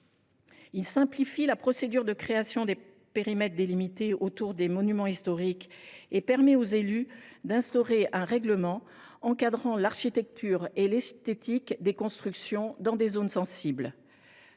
Elle simplifie la procédure de création des périmètres délimités autour des monuments historiques et permet aux élus d’instaurer un règlement encadrant l’architecture et l’esthétique des constructions dans ces zones sensibles.